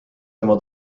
tema